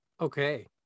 Okay